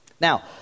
Now